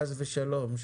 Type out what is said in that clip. חס ושלום,